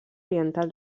oriental